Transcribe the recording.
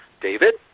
david